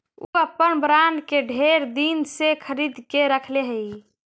ऊ अपन बॉन्ड के ढेर दिन से खरीद के रखले हई